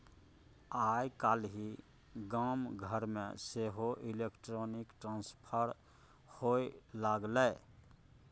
आय काल्हि गाम घरमे सेहो इलेक्ट्रॉनिक ट्रांसफर होए लागलै